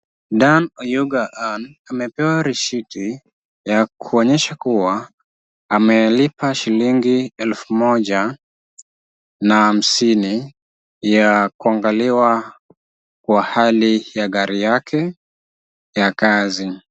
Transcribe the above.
Dan Oyuga Anne, amepewa risiti ya kuonyesha kuwa, amelipa shilingi elfu moja na hamsini ya kuangaliwa kwa hali ya gari yake ya kazi.